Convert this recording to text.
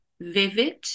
vivid